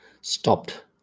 stopped